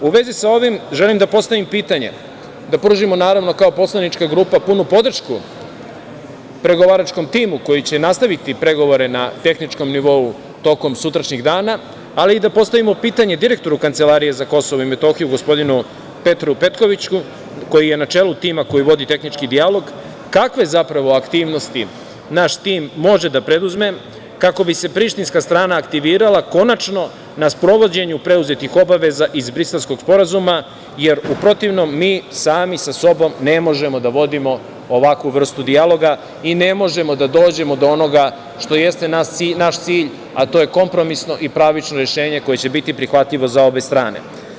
U vezi sa ovim, želim da postavim pitanje, da pružimo, naravno, kao poslanička grupa punu podršku pregovaračkom timu koji će nastaviti pregovore na tehničkom nivou tokom sutrašnjeg dana, ali i da postavimo pitanje direktoru Kancelarije za KiM, gospodinu Petru Petkoviću, koji je na čelu tima koji vodi tehnički dijalog - kakve zapravo aktivnosti naš tim može da preduzme kako bi se prištinska strana aktivirala konačno na sprovođenju preuzetih obaveza iz Briselskog sporazuma, jer u protivnom mi sami sa sobom ne možemo da vodimo ovakvu vrstu dijaloga i ne možemo da dođemo do onoga što jeste naš cilj, a to je kompromisno i pravično rešenje koje će biti prihvatljivo za obe strane?